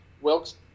Wilkes